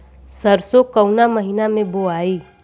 सरसो काउना महीना मे बोआई?